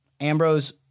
Ambrose